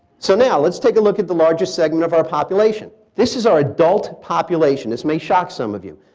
so now let's take a look at the largest segment of our population. this is our adult population. this may shock some of you.